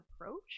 approach